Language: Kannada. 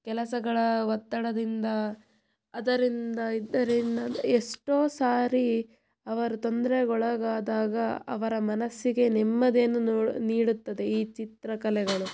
ಕೆಲಸಗಳ ಒತ್ತಡದಿಂದ ಅದರಿಂದ ಇದರಿಂದ ಎಷ್ಟೋ ಸಾರಿ ಅವರು ತೊಂದರೆಗೊಳಗಾದಾಗ ಅವರ ಮನಸ್ಸಿಗೆ ನೆಮ್ಮದಿಯನ್ನು ನೋಡು ನೀಡುತ್ತದೆ ಈ ಚಿತ್ರಕಲೆಗಳು